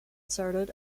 inserted